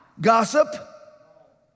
Gossip